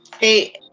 Hey